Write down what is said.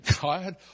God